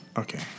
okay